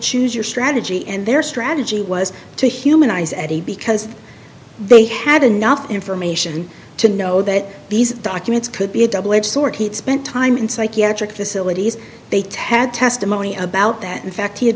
choose your strategy and their strategy was to humanize eddie because they had enough information to know that these documents could be a double edged sword he spent time in psychiatric facilities they ted testimony about that in fact he had